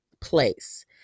place